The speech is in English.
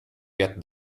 get